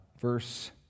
Verse